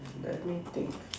let me think